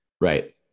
Right